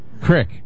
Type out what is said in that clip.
Crick